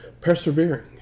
persevering